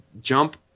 jump